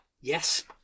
Yes